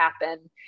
happen